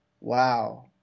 wow